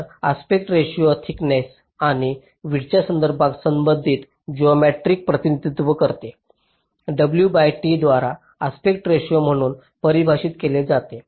तर aspect ratio thickness आणि विड्थच्या संदर्भात संबंधित जओमेट्रीएसचे प्रतिनिधित्व करते w बाय t द्वारा आस्पेक्ट रेशिओ म्हणून परिभाषित केले जाते